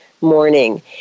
morning